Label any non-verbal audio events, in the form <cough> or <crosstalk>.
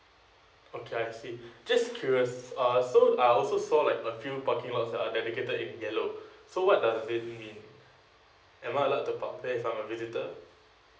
okay I see <breath> just curious uh so I also saw like a few parking lots that are dedicated in yellow <breath> so what does they mean am I allowed to park there if I'm a visitor